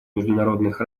международных